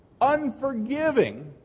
unforgiving